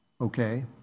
okay